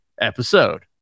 episode